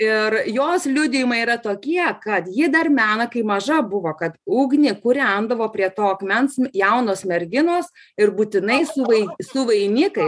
ir jos liudijimai yra tokie kad ji dar mena kai maža buvo kad ugnį kūrendavo prie to akmens jaunos merginos ir būtinai su vai su vainikai